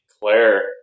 Claire